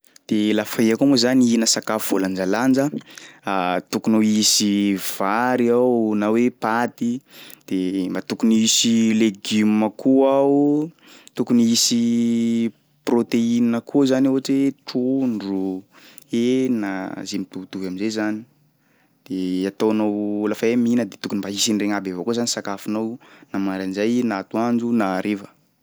De lafa iha koa moa zany ihina sakafo voalanjalanja a, tokony ho hisy vary ao na hoe paty de mba tokony hisy legioma koa ao, tokony hisy prôteinina koa zany ao ohatry hoe trondro, hena, ze mitovitovy am'zay zany de ataonao lafa iha mihina de tokony mba hisy an'iregny avao koa zany sakafonao na maraindray na atoandro na hariva.